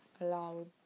allowed